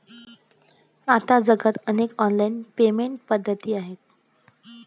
आता जगात अनेक ऑनलाइन पेमेंट पद्धती आहेत